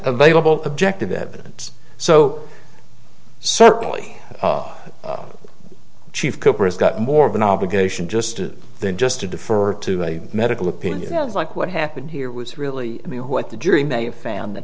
available objective evidence so certainly chief cooper has got more of an obligation just to than just to defer to a medical opinion that is like what happened here was really i mean what the jury may have found that